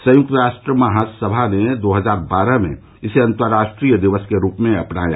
संयुक्त राष्ट्र महासभा ने दो हजार बारह में इसे अंतर्राष्ट्रीय दिवस के रूप में अपनाया